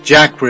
Jack